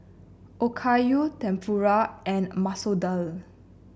Okayu Tempura and Masoor Dal